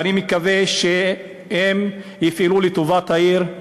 ואני מקווה שהם יפעלו לטובת העיר,